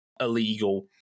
illegal